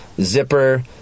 Zipper